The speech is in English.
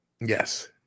Yes